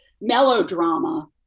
melodrama